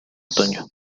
otoño